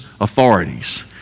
authorities